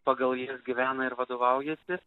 pagal jas gyvena ir vadovaujasi